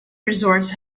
resorts